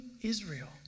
Israel